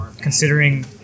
considering